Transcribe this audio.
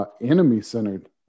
enemy-centered